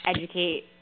educate